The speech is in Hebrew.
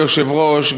כמו היושב-ראש,